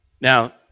Now